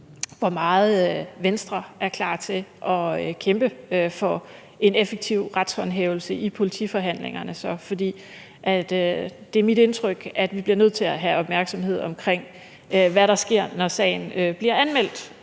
hvor meget Venstre er klar til at kæmpe for en effektiv retshåndhævelse i politiforhandlingerne. For det er mit indtryk, at vi bliver nødt til at have opmærksomhed omkring, hvad der sker, når sagen bliver anmeldt,